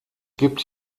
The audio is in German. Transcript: gibt